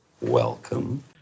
welcome